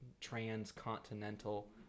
Transcontinental